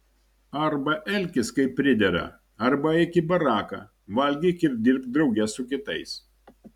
arba elkis kaip pridera arba eik į baraką valgyk ir dirbk drauge su kitais